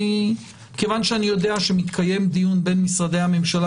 כיוון שאני יודע שמתקיים דיון בין משרדי הממשלה